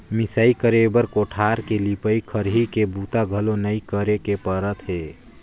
मिंसई करे बर कोठार के लिपई, खरही के बूता घलो नइ करे के परत हे